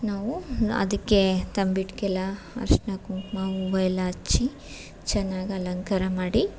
ನಾವು ಅದಕ್ಕೆ ತಂಬಿಟ್ಟಿಗೆಲ್ಲ ಅರಿಶ್ನ ಕುಂಕುಮ ಹೂವಯೆಲ್ಲ ಹಚ್ಚಿ ಚೆನ್ನಾಗಿ ಅಲಂಕಾರ ಮಾಡಿ